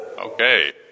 okay